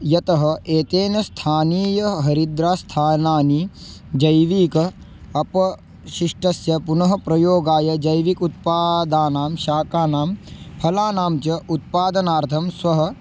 यतः एतेन स्थानीयहरिद्रास्थानानि जैविकं अपशिष्टस्य पुनः प्रयोगाय जैविक उत्पादानां शाकानां फलानां च उत्पादनार्थं स्वं